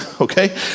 okay